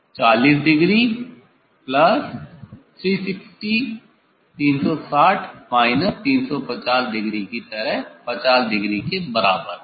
40 degree plus 360 minus 350 degree की तरह 50 degree के बराबर